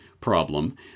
problem